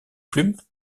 plumes